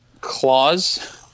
clause